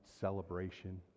celebration